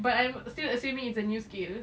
but I'm still assuming it's a new skill